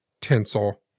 Tinsel